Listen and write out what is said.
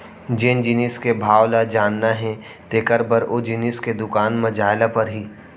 जेन जिनिस के भाव ल जानना हे तेकर बर ओ जिनिस के दुकान म जाय ल परही